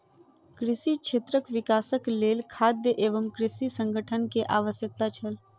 कृषि क्षेत्रक विकासक लेल खाद्य एवं कृषि संगठन के आवश्यकता छल